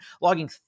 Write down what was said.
logging